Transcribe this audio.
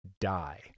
die